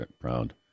proud